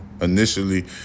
Initially